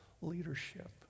leadership